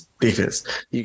Defense